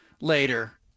later